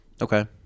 Okay